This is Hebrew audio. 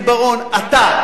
לא, חבר הכנסת בר-און, אתה.